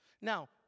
Now